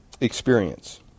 experience